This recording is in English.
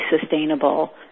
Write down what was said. sustainable